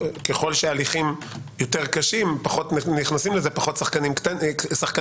ככל שההליכים יותר קשים נכנסים לזה פחות שחקנים קטנים.